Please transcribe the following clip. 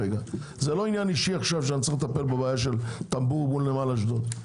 זה לא עניין אישי שאני צריך לטפל בבעיה של טמבור מול נמל אשדוד.